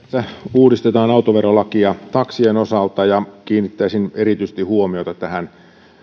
uudistetaan autoverolakia taksien osalta ja kiinnittäisin erityisesti huomiota